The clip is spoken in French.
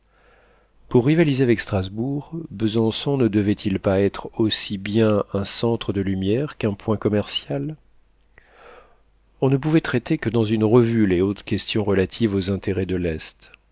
pour rivaliser avec strasbourg besançon ne devait-il pas être aussi bien un centre de lumières qu'un point commercial on ne pouvait traiter que dans une revue les hautes questions relatives aux intérêts de l'est